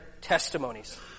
testimonies